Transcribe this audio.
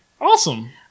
Awesome